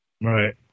Right